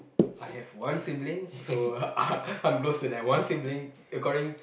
I have one sibling so uh I'm close to that one sibling according